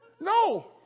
No